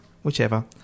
Whichever